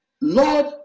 Lord